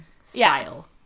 style